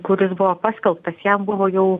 kuris buvo paskelbtas jam buvo jau